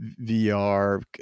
VR